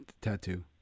tattoo